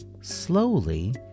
slowly